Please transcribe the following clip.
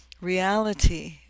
reality